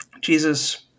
Jesus